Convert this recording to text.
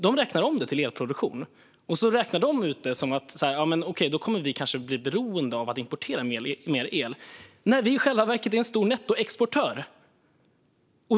Då räknar de om det till elproduktion och får det till att vi kanske kommer att bli beroende av att importera mer el - när vi i själva verket är en stor nettoexportör!